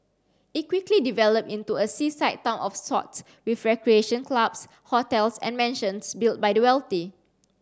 it quickly developed into a seaside town of sorts with recreation clubs hotels and mansions built by the wealthy